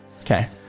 Okay